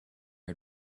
had